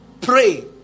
pray